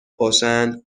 باشند